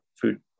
food